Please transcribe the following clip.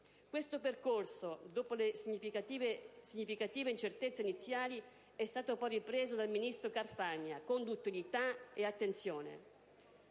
Questo percorso, dopo le significative incertezze iniziali, è stato poi ripreso dal ministro Carfagna con duttilità e attenzione.